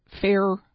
fair